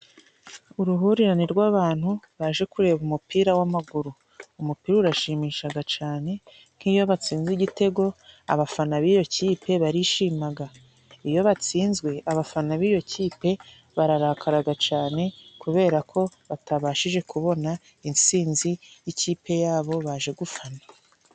Uruhurirane rw'abantu baje kureba umupira w'amaguru. Umupira urashimishaga cane, nk'iyo batsinze igitego, abafana b'iyo kipe barishimaga. Iyo batsinzwe abafana b'iyo kipe bararakaraga cane kubera ko batabashije kubona insinzi y'ikipe yabo baje gufana.